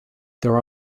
there